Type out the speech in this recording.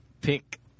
pick